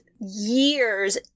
years